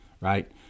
right